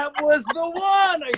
ah was the one! i